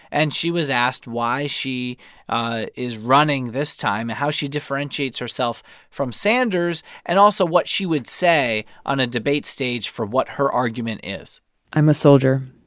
and she was asked why she ah is running this time and how she differentiates herself from sanders, and also what she would say on a debate stage for what her argument is i'm a soldier.